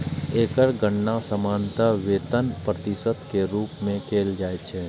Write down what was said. एकर गणना सामान्यतः वेतनक प्रतिशत के रूप मे कैल जाइ छै